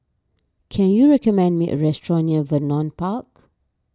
can you recommend me a restaurant near Vernon Park